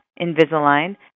Invisalign